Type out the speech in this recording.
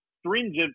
stringent